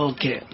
Okay